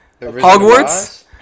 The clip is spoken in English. Hogwarts